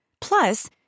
Plus